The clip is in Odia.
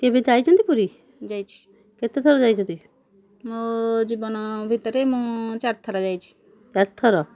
କେବେ ଯାଇଛନ୍ତି ପୁରୀ ଯାଇଛି କେତେଥର ଯାଇଛନ୍ତି ମୋ ଜୀବନ ଭିତରେ ମୁଁ ଚାରିଥର ଯାଇଛି ଚାରିଥର